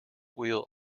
wheel